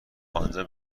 آنجا